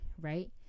right